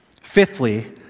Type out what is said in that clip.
Fifthly